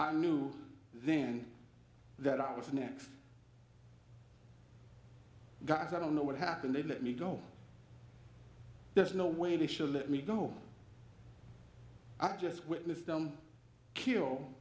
i knew then that i was the next guy's i don't know what happened they let me go there's no way they should let me go i just witnessed them kill